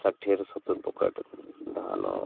ଷାଠିଏ ସତୁରୀ ପକେଟ ଧାନ